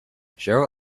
cheryl